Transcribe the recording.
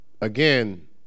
again